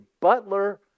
butler